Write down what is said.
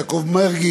יעקב מרגי,